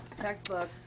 Textbook